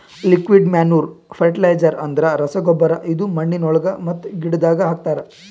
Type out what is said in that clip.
liquid manure fertiliser ಅಂದುರ್ ರಸಗೊಬ್ಬರ ಇದು ಮಣ್ಣಿನೊಳಗ ಮತ್ತ ಗಿಡದಾಗ್ ಹಾಕ್ತರ್